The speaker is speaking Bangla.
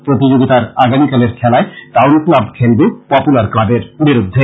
প্রতিযোগীতার আগামীকালের খেলায় টাউন ক্লাব খেলবে পপুলার ক্লাবের বিরুদ্ধে